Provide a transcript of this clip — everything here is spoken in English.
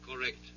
correct